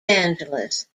angeles